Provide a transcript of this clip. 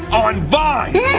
on vine!